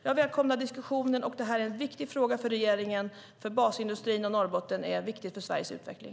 Jag välkomnar diskussionen. Detta är en viktig fråga för regeringen, för basindustrin och Norrbotten är viktiga för Sveriges utveckling.